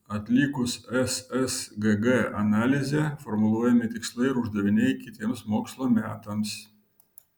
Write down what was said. atlikus ssgg analizę formuluojami tikslai ir uždaviniai kitiems mokslo metams